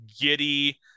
giddy